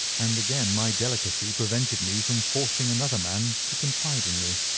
and again my delicacy prevented me from forcing another man to confide in me.